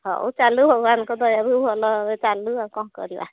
ହଉ ଚାଲୁ ଭଗବାନଙ୍କ ଦୟାରୁ ଭଲ ଚାଲୁ ଆଉ କ'ଣ କରିବା